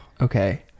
Okay